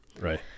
right